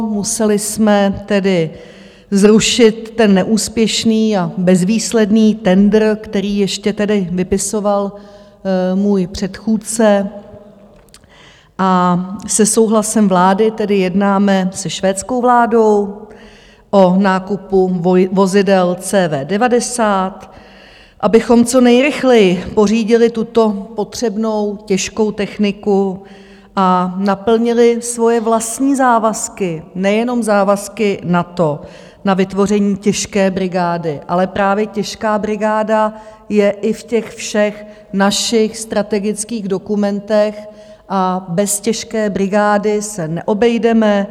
Museli jsme tedy zrušit ten neúspěšný a bezvýsledný tendr, který ještě tedy vypisoval můj předchůdce, a se souhlasem vlády tedy jednáme se švédskou vládou o nákupu vozidel CV90, abychom co nejrychleji pořídili tuto potřebnou těžkou techniku a naplnili svoje vlastní závazky, nejenom závazky NATO, na vytvoření těžké brigády, ale právě těžká brigáda je i v těch všech našich strategických dokumentech a bez těžké brigády se neobejdeme.